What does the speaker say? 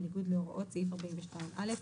בניגוד להוראות סעיף 42(ב).